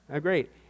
great